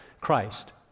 Christ